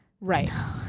Right